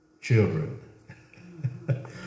children